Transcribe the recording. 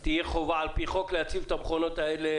האם תהיה חובה על פי חוק להציב את המכונות האלה,